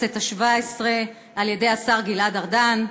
בכנסת השבע-עשרה על-ידי השר גלעד ארדן.